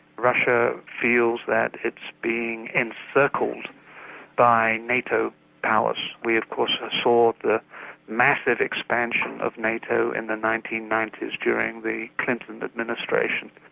russia feels that it's being encircled by nato powers. we of course saw the massive expansion of nato in the nineteen ninety s during the clinton administration,